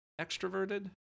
extroverted